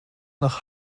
nach